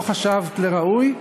לא חשבת לראוי,